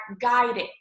guided